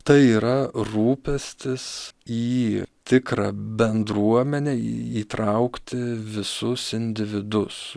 tai yra rūpestis į tikrą bendruomenę įtraukti visus individus